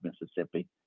Mississippi